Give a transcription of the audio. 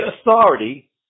authority